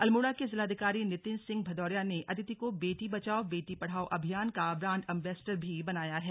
अल्मोड़ा के जिलाधिकारी नितिन सिंह भदौरिया ने अदिति को बेटी बचाओ बेटी पढ़ाओ अभियान का ब्रैंड अम्बेसडर भी बनाया है